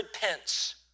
pence